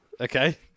Okay